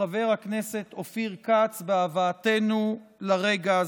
חבר הכנסת אופיר כץ בהבאתנו לרגע הזה.